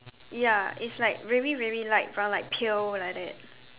ya it's like very very light brown like pale like that